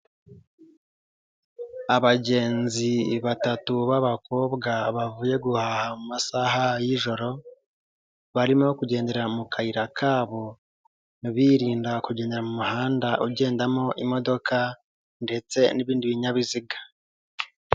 Abagenzi batatu b'abakobwa bavuye guhaha mu masaha y'ijoro barimo kugendera mu kayira kabo birinda kugendera mu muhanda ugendamo imodoka ndetse n'ibindi binyabiziga.